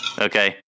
okay